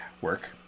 work